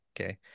Okay